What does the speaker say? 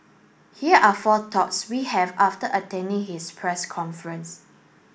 here are four thoughts we have after attending his press conference